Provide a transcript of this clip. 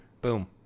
Boom